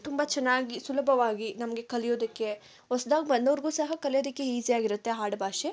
ತುಂಬ ಚೆನ್ನಾಗಿ ಸುಲಭವಾಗಿ ನಮಗೆ ಕಲಿಯೋದಕ್ಕೆ ಹೊಸ್ದಾಗಿ ಬಂದೋರಿಗೂ ಸಹ ಕಲಿಯೋದಕ್ಕೆ ಈಸಿಯಾಗಿರುತ್ತೆ ಆಡುಭಾಷೆ